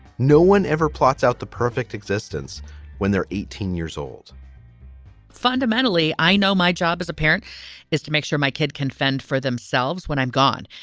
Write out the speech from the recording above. no one ever plots out the perfect existence when they're eighteen years old fundamentally, i know my job as a parent is to make sure my kid can fend for themselves when i'm gone.